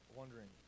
wondering